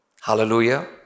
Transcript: Hallelujah